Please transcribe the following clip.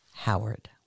Howard